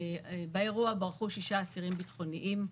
באירוע ברחו שישה אסירים ביטחוניים,